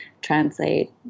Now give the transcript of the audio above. translate